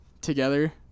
Together